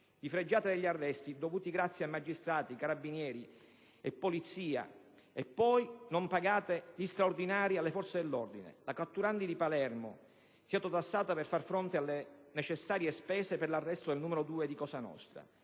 Vi fregiate degli arresti dovuti grazie a magistrati, carabinieri e polizia e poi non pagate gli straordinari alle forze dell'ordine. La sezione catturandi di Palermo si è autotassata per far fronte alle spese necessarie per arrestare il numero due di Cosa Nostra.